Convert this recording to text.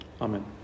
Amen